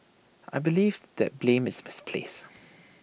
I believe that blame is misplaced